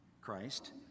Christ